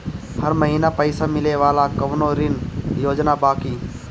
हर महीना पइसा मिले वाला कवनो ऋण योजना बा की?